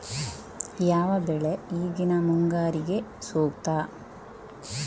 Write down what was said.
ಯಾವ ಬೆಳೆ ಈಗಿನ ಮುಂಗಾರಿಗೆ ಸೂಕ್ತ?